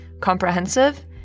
comprehensive